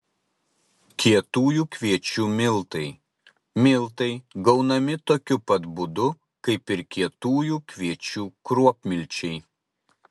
kietųjų kviečių miltai miltai gaunami tokiu pat būdu kaip ir kietųjų kviečių kruopmilčiai